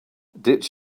did